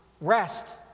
rest